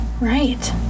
Right